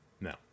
No